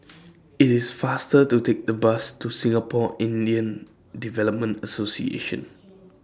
IT IS faster to Take The Bus to Singapore Indian Development Association